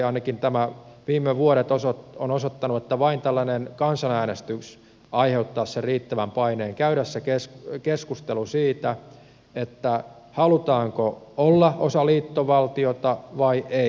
ainakin nämä viime vuodet ovat osoittaneet että vain tällainen kansanäänestys aiheuttaisi sen riittävän paineen käydä se keskustelu siitä halutaanko olla osa liittovaltiota vai ei